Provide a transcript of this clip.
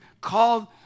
called